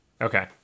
Okay